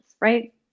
right